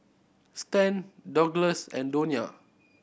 Stan Douglass and Donia